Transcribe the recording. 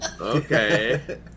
Okay